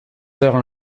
heures